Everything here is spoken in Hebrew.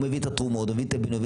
הוא מביא את התרומות הוא מביא את הכול,